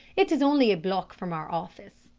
it is only a block from our office.